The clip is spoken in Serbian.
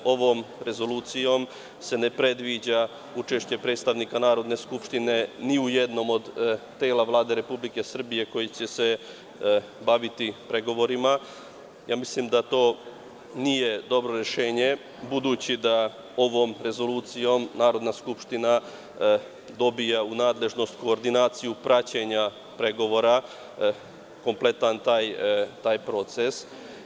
Ovom rezolucijom se ne predviđa učešće predstavnika Narodne skupštine, ni u jednom od tela Vlade Republike Srbije koje će se baviti pregovorima i mislim da to nije dobro rešenje, budući da ovom rezolucijom Narodna skupština dobija u nadležnost koordinaciju praćenja pregovora, kompletan proces.